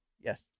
Yes